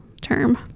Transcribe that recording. term